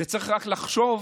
צריך רק לחשוב.